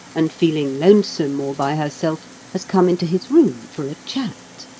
and feeling lonesome, all by herself, has come into his room for a chat.